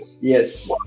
Yes